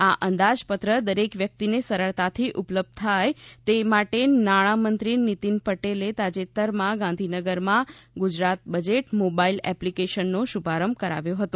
આ અંદાજપત્ર દરેક વ્યક્તિને સરળતાથી ઉપલબ્ધ થાય તે માટે નાણાં મંત્રી નિતિન પટેલે તાજેતરમાં ગાંધીનગરમાં ગુજરાત બજેટ મોબાઈલ એપ્લિકેશનનો શુભારંભ કરાવ્યો હતો